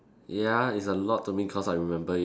ya it's a lot to me cause I remember it